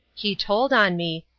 he told on me,